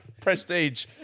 Prestige